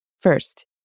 First